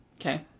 okay